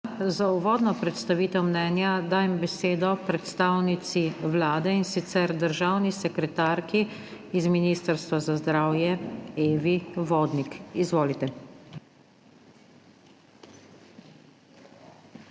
Za uvodno predstavitev mnenja dajem besedo predstavnici Vlade, in sicer državni sekretarki z Ministrstva za zdravje, Evi Vodnik. Izvolite.